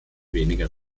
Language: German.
weniger